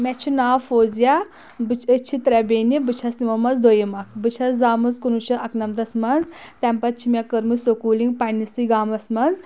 مےٚ چھِ ناو فوزیا بہٕ أسۍ چھِ ترٛےٚ بیٚنہِ بہٕ چھَس تِمَو منٛز دوٚیِم اکھ بہٕ چھَس زامٕژ کُنوُہ شیٚتھ اکنَمتَس منٛز تمہِ پتہٕ چھِ مےٚ کٔرمٕژ سکوٗلِنٛگ پننِسٕے گامَس منٛز